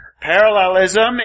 Parallelism